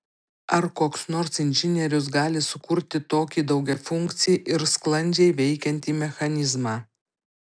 ar koks nors inžinierius gali sukurti tokį daugiafunkcį ir sklandžiai veikiantį mechanizmą